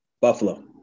Buffalo